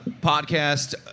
podcast